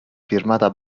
firmata